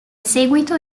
seguito